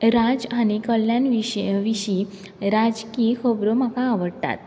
राज आनीक कल्यान विशे विशीं राजकी खबरो म्हाका आवडटात